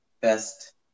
Best